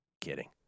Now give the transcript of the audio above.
Kidding